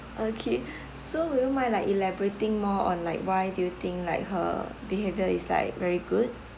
okay so would you mind like elaborating more on like why do you think like her behaviour is like very good